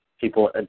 people